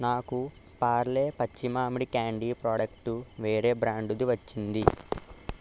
నాకు పార్లే పచ్చి మామిడి క్యాండీ ప్రొడక్టు వేరే బ్రాండుది వచ్చింది